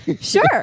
Sure